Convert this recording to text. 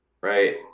right